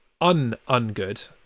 un-un-good